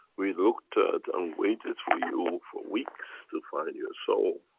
we looked at and waited for you for weeks to find your soul.